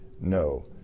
No